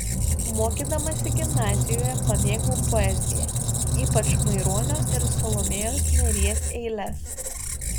mokydamasi gimnazijoje pamėgau poeziją ypač maironio ir salomėjos nėries eiles